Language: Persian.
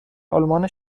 آلمان